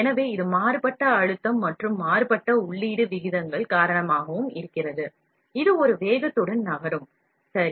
எனவே இது மாறுபட்ட அழுத்தம் மற்றும் மாறுபட்ட உள்ளீடு விகிதங்கள் காரணமாகவும் இருக்கிறது இது ஒரு வேகத்துடன் நகரும் சரி